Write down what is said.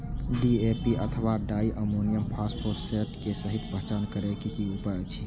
DAP अथवा di ammonium phosphate के सहि पहचान करे के कि उपाय अछि?